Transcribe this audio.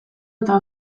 eta